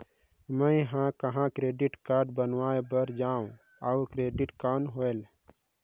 मैं ह कहाँ क्रेडिट कारड बनवाय बार जाओ? और क्रेडिट कौन होएल??